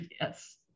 Yes